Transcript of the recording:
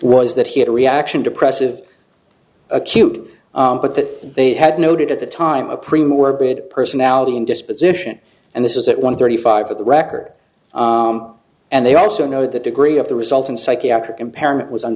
was that he had a reaction depressive acute but that they had noted at the time a pretty morbid personality and disposition and this is at one thirty five of the record and they also know the degree of the result in psychiatric impairment was